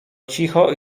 cicho